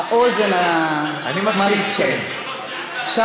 באוזן השמאלית שלי, אני מקשיב, כן.